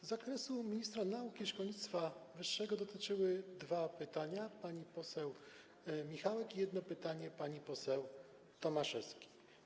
Zakresu ministra nauki i szkolnictwa wyższego dotyczyły dwa pytania pani poseł Michałek i jedno pytanie pani poseł Tomaszewskiej.